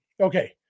okay